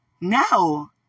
no